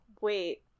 wait